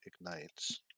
ignites